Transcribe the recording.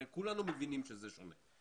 הרי כולנו מבינים שזה שונה.